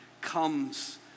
comes